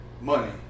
Money